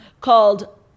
called